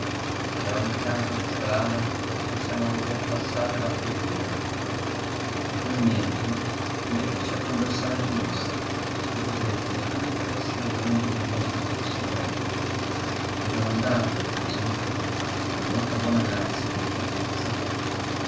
e a ogni canto di strada possiamo veder passare la follia e come niente metterci a conversare con essa che potrebbe anche essere l'ombra del nostro stesso corpo e domandarle per esempio con molta buona grazia e delicatezza